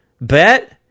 Bet